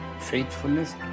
faithfulness